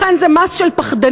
לכן זה מס של פחדנים,